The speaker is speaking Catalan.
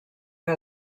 que